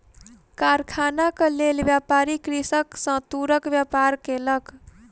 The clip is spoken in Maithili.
कारखानाक लेल, व्यापारी कृषक सॅ तूरक व्यापार केलक